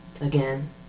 Again